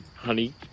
Honey